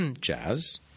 jazz